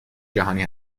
جهانی